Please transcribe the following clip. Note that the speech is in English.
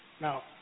Now